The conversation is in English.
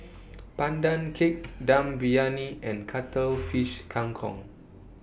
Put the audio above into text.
Pandan Cake Dum Briyani and Cuttlefish Kang Kong